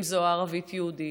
אם זה הערבית היהודית,